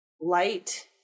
Light